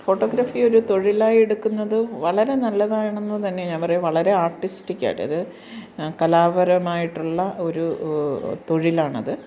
photography ഒരു തൊഴിലായെടുക്കുന്നത് വളരെ നല്ലതാണെന്നു തന്നെ ഞാന് പറയാ വളരെ ആർട്ടിസ്റ്റിക്കായിട്ട് അത് കലാപാരമായിട്ടുള്ള ഒരു തൊഴിലാണത്